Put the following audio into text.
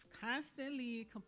constantly